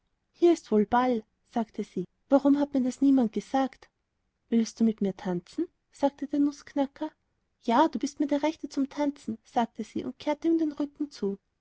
hier ist wohl ball sagte sie warum hat mir das niemand gesagt willst du mit mir tanzen sagte der nußknacker ja du bist mir der rechte zum tanzen sagte sie und kehrte ihm den rücken zu